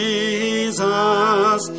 Jesus